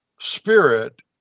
spirit